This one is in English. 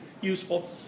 useful